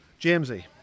Jamesy